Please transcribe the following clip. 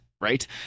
Right